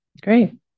Great